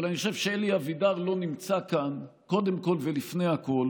אבל אני חושב שאלי אבידר לא נמצא כאן קודם כול ולפני הכול